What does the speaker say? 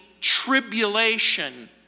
tribulation